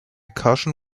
cushion